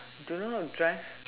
don't know how to drive